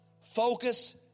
Focus